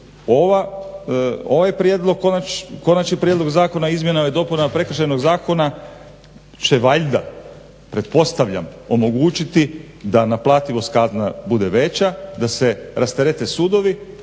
konačni prijedlog zakona o izmjenama i dopunama prekršajnog zakona će valjda pretpostavljam omogućiti da naplativost kazna bude veća, da se rasterete sudovi.